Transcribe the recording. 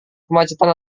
kemacetan